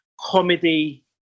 comedy